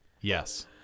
Yes